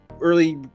early